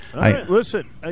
Listen